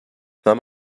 some